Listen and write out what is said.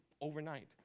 overnight